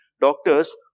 doctors